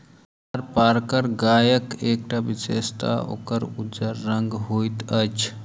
थारपारकर गायक एकटा विशेषता ओकर उज्जर रंग होइत अछि